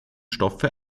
stoffe